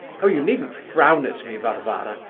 oh, you needn't frown at me, varvara!